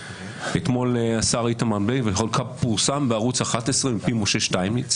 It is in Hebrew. אתמול השר איתמר בן גביר פורסם בערוץ 11 מפי משה שטייניץ